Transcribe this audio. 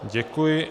Děkuji.